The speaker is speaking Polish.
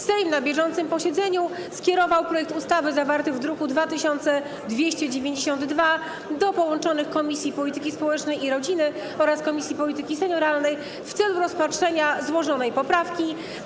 Sejm na bieżącym posiedzeniu skierował projekt ustawy zawarty w druku nr 2292 do połączonych Komisji Polityki Społecznej i Rodziny oraz Komisji Polityki Senioralnej w celu rozpatrzenia złożonej poprawki.